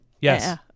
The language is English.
Yes